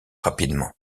rapidement